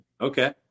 Okay